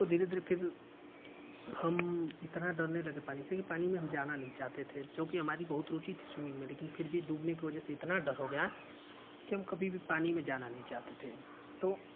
तो धीरे धीरे फिर हम इतना डरने लगे पानी से की पानी में हम जाना नहीं चाहते थे जो की हमारी बहुत रुचि थी स्विमिंग में फिर भी डूबने की वजह से इतना डर हो गया की हम कभी भी पानी में जाना नहीं चाहते थे तो